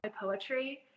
poetry